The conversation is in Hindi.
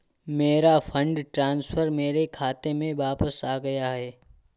मेरा फंड ट्रांसफर मेरे खाते में वापस आ गया है